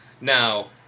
Now